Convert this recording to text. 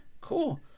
cool